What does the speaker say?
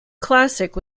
classic